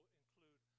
include